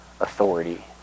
authority